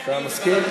אתה מסכים?